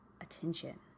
attention